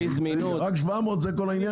רק 700, זה כל העניין?